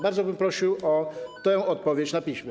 Bardzo bym prosił o odpowiedź na piśmie.